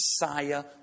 Messiah